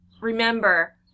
remember